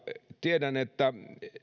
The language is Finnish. tiedän että